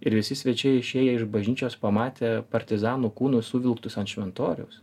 ir visi svečiai išėję iš bažnyčios pamatė partizanų kūnus suvilktus ant šventoriaus